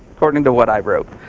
according to what i wrote.